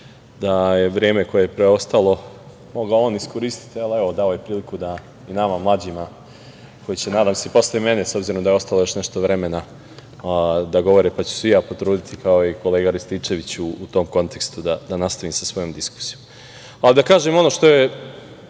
da je vreme koje je preostalo mogao on iskoristiti, ali dao je priliku i nama mlađima, koji će nadam se i posle mene, s obzirom da je ostalo još nešto vremena, da govore, pa ću se i ja potruditi, kao i kolega Rističević u tom kontekstu da nastavim sa svojom diskusijom. Da kažem ono što je